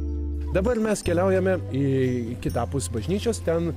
dabar mes keliaujame į kitapus bažnyčios ten